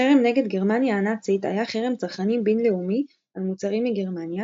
החרם נגד גרמניה הנאצית היה חרם צרכנים בין-לאומי על מוצרים מגרמניה,